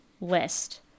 list